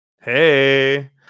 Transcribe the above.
Hey